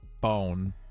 bone